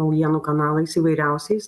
naujienų kanalais įvairiausiais